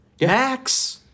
Max